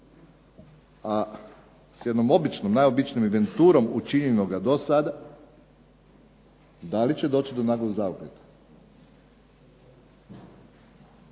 A s jednom običnom najobičnijom inventurom učinjenoga do sada, da li će doći do nekakvog zaokreta?